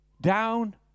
down